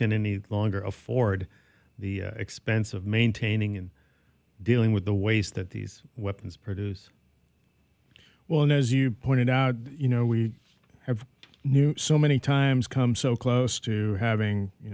can any longer afford the expense of maintaining and dealing with the waste that these weapons produce well as you pointed out you know we have new so many times come so close to having you